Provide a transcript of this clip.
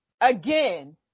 again